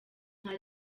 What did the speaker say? nta